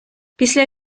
після